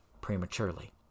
prematurely